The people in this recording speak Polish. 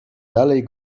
dalej